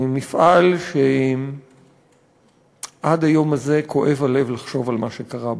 מפעל שעד היום הזה כואב הלב לחשוב על מה שקרה בו.